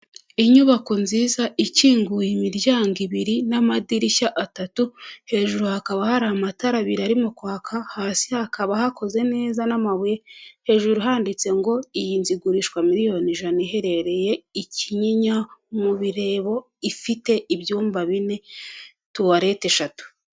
Inyubako nziza ikinguye imiryango ibiri n'amadirishya atatu, hejuru hakaba hari amatara abiri arimo kwaka, hasi hakaba hakoze neza n'amabuye, hejuru handitseho ngo iyi nzu igurishwa miliyoni ijana, iherereye i Kinyinya mu Birembo ifite ibyumba bine, tuwarete eshatu.